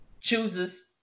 chooses